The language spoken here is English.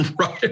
Right